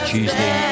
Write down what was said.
Tuesday